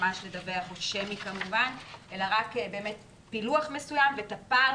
ממש לדווח או שמי כמובן אלא רק באמת פילוח מסוים את הפער